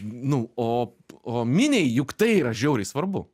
nu o o miniai juk tai yra žiauriai svarbu